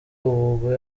ubwo